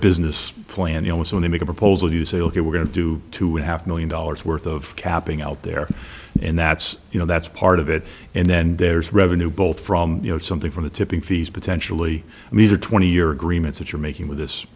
business plan you almost want to make a proposal to say ok we're going to do two and half million dollars worth of capping out there and that's you know that's part of it and then there's revenue both from you know something from the tipping fees potentially these are twenty year agreements that you're making with this